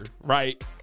right